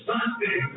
Sunday